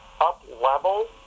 up-level